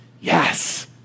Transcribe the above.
yes